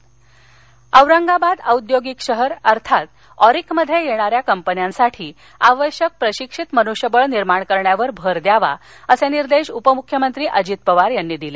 ऑरिक औरंगावाद औरंगाबाद औद्योगिक शहर अर्थात ऑरिकमध्ये येणाऱ्या कंपन्यांसाठी आवश्यक प्रशिक्षित मनुष्यबळ निर्माण करण्यावर भर द्यावा असे निर्देश उपमुख्यमंत्री अजित पवार यांनी दिले